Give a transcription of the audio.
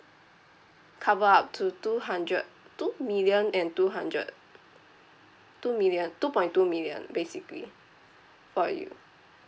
cover up to two hundred two million and two hundred two million two point two million basically for you